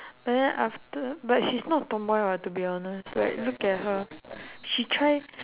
but then after but she's not tomboy [what] to be honest like look at her she try